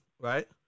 right